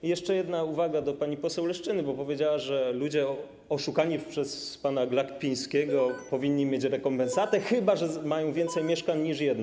Mam jeszcze jedną uwagę do pani poseł Leszczyny, bo powiedziała, że ludzie oszukani przez pana Glapińskiego powinni mieć rekompensatę, chyba że mają więcej mieszkań niż jedno.